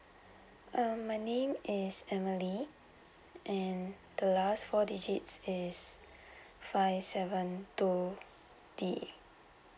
um my name is emily and the last four digits is five seven two D